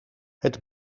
het